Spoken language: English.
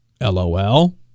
LOL